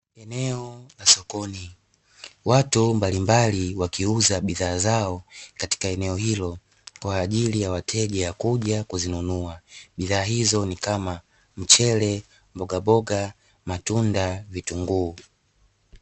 Eneo la sokoni, watu mbalimbali wakiuza bidhaa zao katika eneo hilo kwa ajili ya wateja kuja kuzinunua. Bidhaa hizo ni kama: mchele, mbogamboga, matunda na vitunguu.